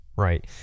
Right